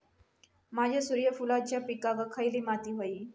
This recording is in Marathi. माझ्या सूर्यफुलाच्या पिकाक खयली माती व्हयी?